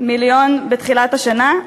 עוד דקה.